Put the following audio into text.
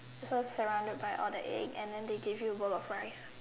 so it's surrounded by all the egg and then they give you a bowl of rice